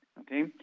okay